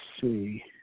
see